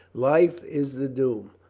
life is the doom,